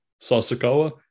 Sasakawa